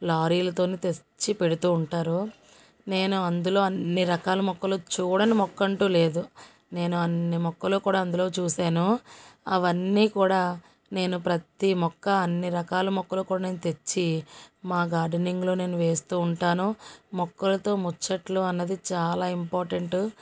లారీలతో తెచ్చి పెడుతు ఉంటారు నేను అందులో అన్ని రకాల మొక్కలు చూడని మొక్క అంటు లేదు నేను అన్ని మొక్కలు కూడా అందులో చూసాను అవన్నీ కూడా నేను ప్రతిమొక్క అన్ని రకాల మొక్కలు కూడా నేను తెచ్చి మా గార్డెనింగ్లో నేను వేస్తు ఉంటాను మొక్కలతో ముచ్చట్లు అన్నది చాలా ఇంపార్టెంటు